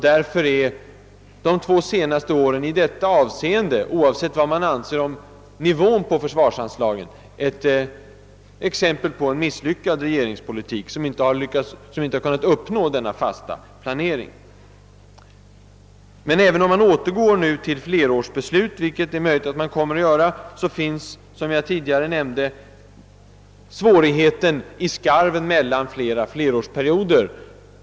Därför är de två senaste åren i detta avseende, oavsett vad man anser om nivån på för svarsanslagen, exempel på misslyckad regeringspolitik eftersom den inte möjliggjort denna fasta planering. Men även om man återgår till flerårsbeslut, vilket är möjligt att man kommer att göra, finns, som jag tidigare nämnde, svårigheter i skarven mellan olika flerårsperioder.